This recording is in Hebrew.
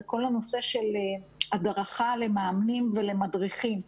זה כל הנושא של הדרכה למאמנים ולמדריכים.